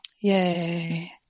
Yay